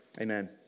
Amen